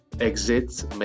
exits